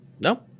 No